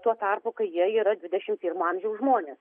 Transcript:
tuo tarpu kai jie yra dvidešimt pirmo amžiaus žmonės